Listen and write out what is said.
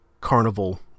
carnival